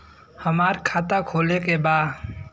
हमार खाता खोले के बा?